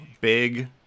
big